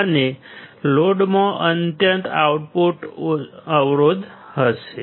અને લોડમાં અત્યંત ઓછો આઉટપુટ અવરોધ હશે